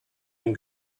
and